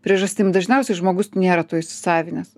priežastim dažniausiai žmogus nėra to įsisavinęs